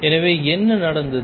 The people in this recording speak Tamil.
எனவே என்ன நடந்தது